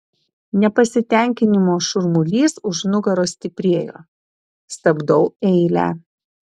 nepasitenkinimo šurmulys už nugaros stiprėjo stabdau eilę